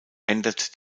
ändert